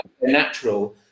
natural